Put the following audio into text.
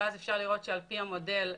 אפשר לראות שעל פי המודל,